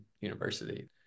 university